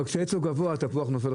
רחוק.